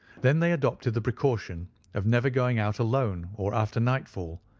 then they adopted the precaution of never going out alone or after nightfall,